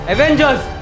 Avengers